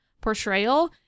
portrayal